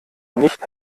nicht